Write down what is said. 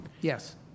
Yes